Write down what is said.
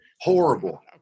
Horrible